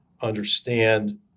understand